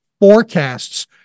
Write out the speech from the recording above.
forecasts